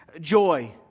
Joy